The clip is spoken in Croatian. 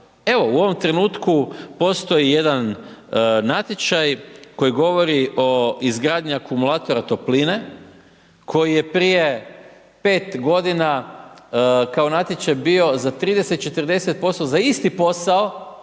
Evo, u ovom trenutku, postoji jedan natječaj, koji govori o izgradnji akumulatora topline, koji je prije 5 g. kao natječaj bio za 30, 40% za isti posao